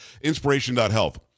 inspiration.health